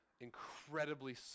incredibly